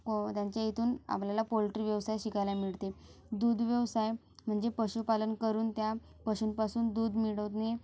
त्यांच्या इथून आपल्याला पोल्ट्री व्यवसाय शिकायला मिळते दूध व्यवसाय म्हणजे पशु पालन करून त्या पशूंपासून दूध मिळवणे